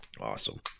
Awesome